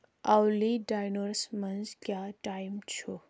اولی ڈینورس منٛز کیاہ ٹایم چُھ